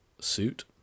suit